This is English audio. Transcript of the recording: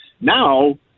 now